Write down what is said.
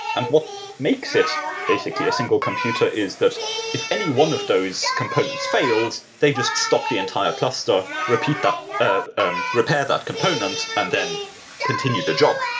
and what makes it basically a single computer is that if any one of those components fails, they just stop the entire cluster, repair that ah um repair that component and then continue the job.